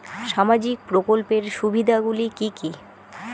সামাজিক প্রকল্পের সুবিধাগুলি কি কি?